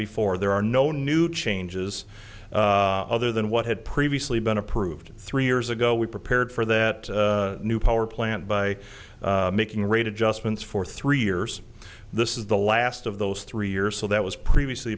before there are no new changes other than what had previously been approved three years ago we prepared for that new power plant by making rate adjustments for three years this is the last of those three years so that was previously